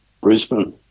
Brisbane